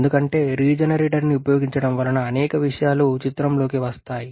ఎందుకంటే రీజెనరేటర్ని ఉపయోగించడం వలన అనేక విషయాలు చిత్రం లోకి వస్తాయి